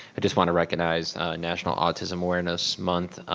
i just want to recognize national autism awareness month,